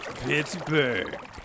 Pittsburgh